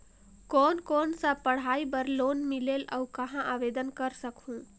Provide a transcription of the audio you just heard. कोन कोन सा पढ़ाई बर लोन मिलेल और कहाँ आवेदन कर सकहुं?